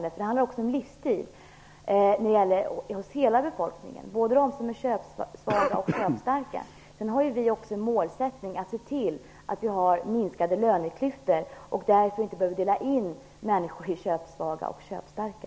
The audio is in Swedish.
Det handlar nämligen också om livsstil hos hela befolkningen, hos både dem som är köpsvaga och dem som är köpstarka. Vi har också som målsättning att se till att löneklyftorna minskar så att vi inte behöver dela in människor i köpsvaga och köpstarka.